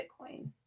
Bitcoin